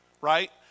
Right